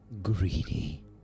Greedy